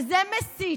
וזה מסית,